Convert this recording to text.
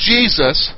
Jesus